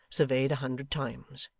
surveyed a hundred times,